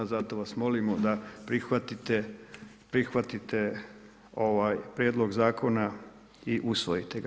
Zato vas molimo da prihvatite ovaj prijedlog zakona i usvojite ga.